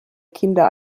kinder